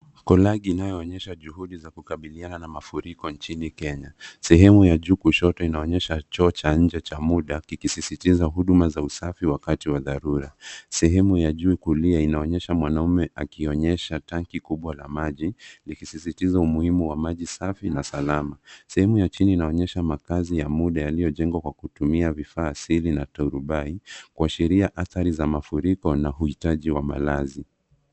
Kolagi inayoonyesha juhudi za kukabiliana na mafuriko nchini Kenya. Sehemu ya juu kushoto inaonyesha choo cha nje cha muda kisisitiza huduma za usafi wakati wa dharura. Sehemu ya juu kulia inaonyesha mwanaume akionyesha tanki kubwa la maji likisisitiza umuhimu wa maji safi na salama. Sehemu ya chini inaonyesha makazi ya muda yaliyojengwa kwa kutumia vifaa asili na turubai kuashiria athari za mafuriko na uhitaji wa malazi.